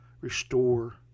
restore